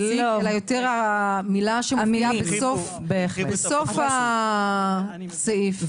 אלא יותר בסוף הסעיף "האחראי".